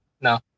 No